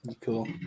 Cool